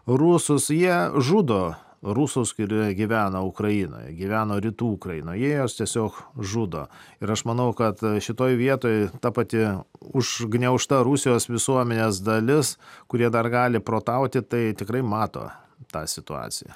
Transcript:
rusus jie žudo rusus kurie gyvena ukrainoje gyvena rytų ukrainoje jie juos tiesiog žudo ir aš manau kad šitoj vietoj ta pati užgniaužta rusijos visuomenės dalis kurie dar gali protauti tai tikrai mato tą situaciją